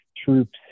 Troops